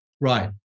Right